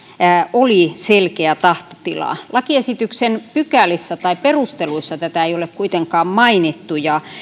oli selkeä tahtotila lakiesityksen pykälissä tai perusteluissa tätä ei ole kuitenkaan mainittu ja